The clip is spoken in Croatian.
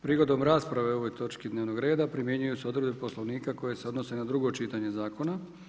Prigodom rasprave o ovoj točki dnevnog reda primjenjuju se odredbe Poslovnika koje se odnose na drugo čitanje zakona.